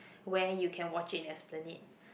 where you can watch it in Esplanade